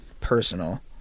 personal